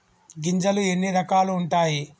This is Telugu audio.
గింజలు ఎన్ని రకాలు ఉంటాయి?